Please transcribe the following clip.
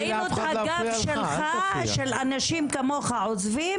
ראינו את הגב שלך של אנשים כמוך עוזבים